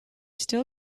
still